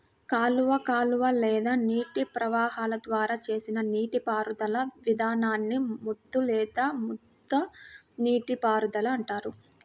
కాలువ కాలువ లేదా నీటి ప్రవాహాల ద్వారా చేసిన నీటిపారుదల విధానాన్ని ముద్దు లేదా ముద్ద నీటిపారుదల అంటారు